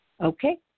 Okay